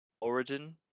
Origin